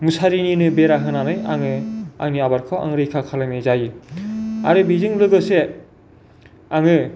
मुसारिनिनो बेरा होनानै आङो आंनि आबादखौ आं रैखा खालामनाय जायो आरो बेजों लोगोसे आङो